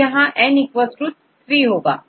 तो यहांn 3 होगा